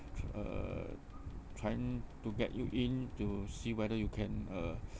uh trying to get you in to see whether you can uh